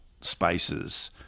spaces